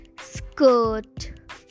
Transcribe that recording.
skirt